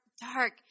dark